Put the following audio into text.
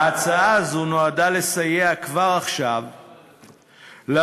ההצעה הזו נועדה לסייע כבר עכשיו לאוכלוסייה